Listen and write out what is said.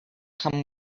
come